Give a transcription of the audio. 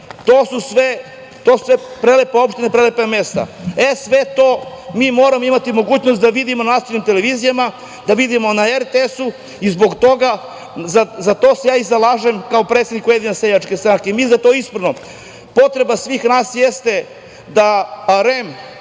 to su sve prelepe opštine i prelepa mesta. E, sve to mi moramo imati mogućnost da vidimo na nacionalnim televizijama, da vidimo na RTS-u i za to se ja i zalažem, kao predsednik Ujedinjene seljačke stranke, i mislim da je to ispravno. Potreba svih nas jeste da REM